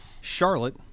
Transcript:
charlotte